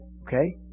Okay